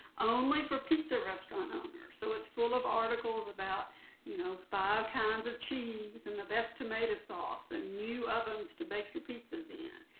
only for pizza restaurant owners so it's full of articles about you know five kinds of cheese. and the best tomato sauce. and new ovens to bake your pizzas in.